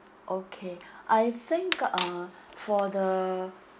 okay I think uh for the